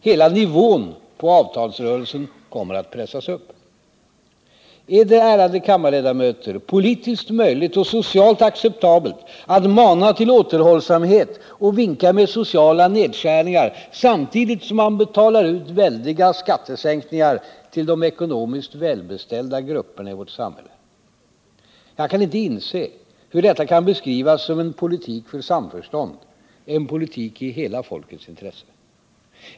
Hela nivån på avtalsrörelsen kommer att pressas upp. Ärdet, ärade kammarledamöter, politiskt möjligt och socialt acceptabelt att mana till återhållsamhet och vinka med sociala nedskärningar samtidigt som man betalar ut väldiga skattesänkningar till de ekonomiskt välbeställda grupperna i vårt samhälle? Jag kan inte inse hur detta kan beskrivas som en politik för samförstånd, en politik i hela folkets intresse.